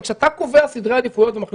הרי כשאתה קובע סדרי עדיפויות ומחליט